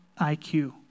IQ